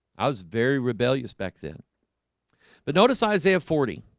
i was very rebellious back then but notice isaiah forty.